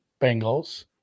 Bengals